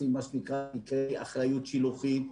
עושים מה שנקרא "אחריות שילוחית",